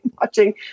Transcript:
watching